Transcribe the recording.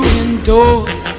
indoors